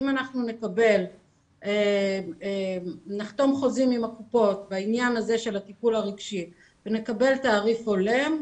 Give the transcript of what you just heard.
אם נחתום חוזים עם הקופות בעניין הזה של הטיפול הרגשי ונקבל תעריף הולם,